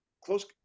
close